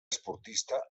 esportista